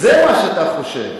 זה מה שאתה חושב.